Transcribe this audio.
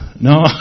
No